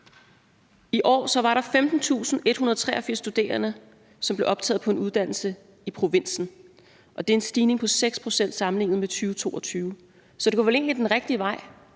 I år var der 15.183 studerende, som blev optaget på en uddannelse i provinsen, og det er en stigning på 6 pct. sammenlignet med 2022. Det går vel egentlig den rigtige vej,